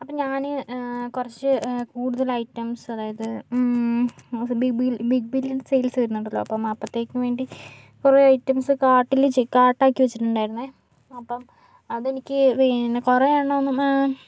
അപ്പോൾ ഞാൻ കുറച്ച് കൂടുതൽ ഐറ്റംസ് അതായത് big bill big billion sales വരുന്നുണ്ടല്ലോ അപ്പോൾ അപ്പോഴത്തേക്കും വേണ്ടി കുറേ ഐറ്റംസ് കാർട്ടിൽ കാർട്ടാക്കി വെച്ചിട്ടുണ്ടായിരുന്നു അപ്പോൾ അത് എനിക്ക് പിന്നെ കുറേയെണ്ണമൊന്നും